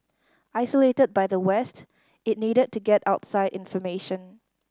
isolated by the West it needed to get outside information